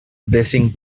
blessing